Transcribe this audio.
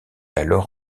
alors